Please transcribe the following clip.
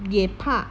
也怕